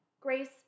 Grace